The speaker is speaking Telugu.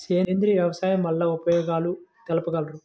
సేంద్రియ వ్యవసాయం వల్ల ఉపయోగాలు తెలుపగలరు?